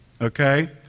Okay